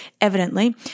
evidently